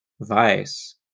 vice